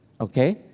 Okay